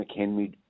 McHenry